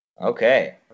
Okay